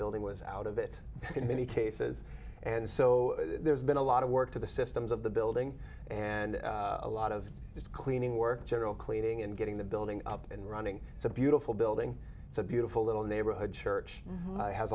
building was out of it in many cases and so there's been a lot of work to the systems of the building and a lot of it's cleaning work general cleaning and getting the building up and running it's a beautiful building it's a beautiful little neighborhood church has